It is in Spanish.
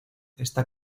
esta